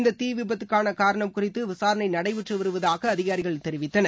இந்த தீ விபத்துக்காள காரணம் குறித்து விசாரணை நடைபெற்று வருவதாக அதிகாரிகள் தெரிவித்தனர்